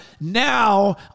Now